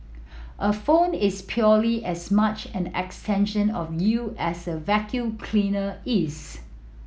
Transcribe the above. a phone is purely as much and extension of you as a vacuum cleaner is